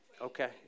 Okay